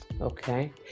Okay